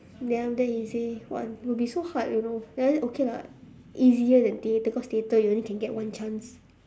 then after that he say !wah! would be so hard you know but then okay lah easier than theatre cause theatre you can only get one chance